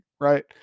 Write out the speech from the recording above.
right